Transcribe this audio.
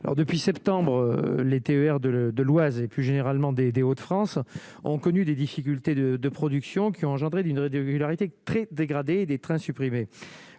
depuis septembre, les TER de le de l'Oise et plus généralement des Des Hauts-de-France ont connu des difficultés de de production qui ont engendré d'une régularité très dégradée des trains supprimés,